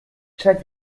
check